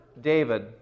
David